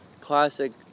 classic